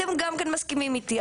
אתם גם כן מסכימים איתי,